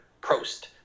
Prost